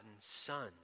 son